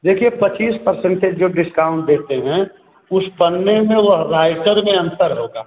देखिए पच्चीस परसेंटेज जो डिस्काउंट देते हैं उस पन्ने में वह राइटर में अंतर होगा